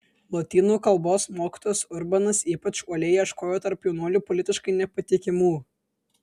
lotynų kalbos mokytojas urbanas ypač uoliai ieškojo tarp jaunuolių politiškai nepatikimų